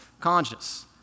conscious